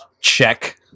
Check